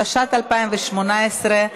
התשע"ט 2018,